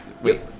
Wait